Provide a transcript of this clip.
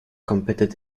competed